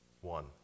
One